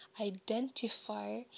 identify